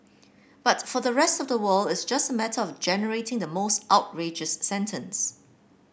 but for the rest of the world it's just a matter of generating the most outrageous sentence